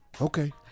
Okay